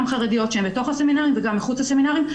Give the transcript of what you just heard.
גם חרדיות שהן בתוך הסמינרים וגם מחוץ לסמינרים.